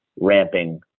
ramping